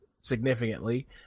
significantly